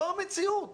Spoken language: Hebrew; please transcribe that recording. זו המציאות